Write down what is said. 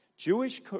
Jewish